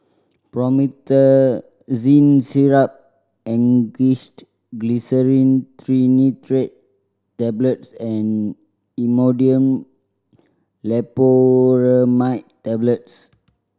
Promethazine Syrup Angised Glyceryl Trinitrate Tablets and Imodium Loperamide Tablets